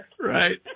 Right